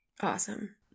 Awesome